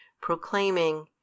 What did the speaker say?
proclaiming